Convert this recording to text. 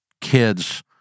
kid's